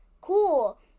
Cool